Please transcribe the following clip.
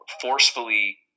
forcefully